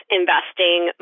investing